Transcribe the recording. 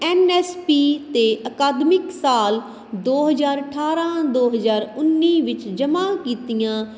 ਐਨ S P 'ਤੇ ਅਕਾਦਮਿਕ ਸਾਲ ਦੋ ਹਜ਼ਾਰ ਅਠਾਰ੍ਹਾਂ ਦੋ ਹਜ਼ਾਰ ਉੱਨੀ ਵਿੱਚ ਜਮ੍ਹਾਂ ਕੀਤੀਆਂ